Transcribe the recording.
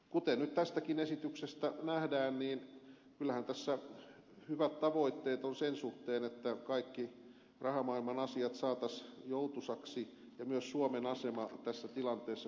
kuten nyt tästäkin esityksestä nähdään niin kyllähän tässä hyvät tavoitteet on sen suhteen että kaikki rahamaailman asiat saataisiin joutuisiksi ja myös suomen asema tässä tilanteessa kuten ed